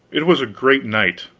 it was a great night,